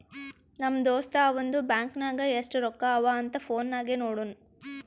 ನಮ್ ದೋಸ್ತ ಅವಂದು ಬ್ಯಾಂಕ್ ನಾಗ್ ಎಸ್ಟ್ ರೊಕ್ಕಾ ಅವಾ ಅಂತ್ ಫೋನ್ ನಾಗೆ ನೋಡುನ್